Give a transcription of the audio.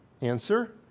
Answer